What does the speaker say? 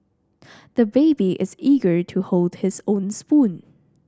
the baby is eager to hold his own spoon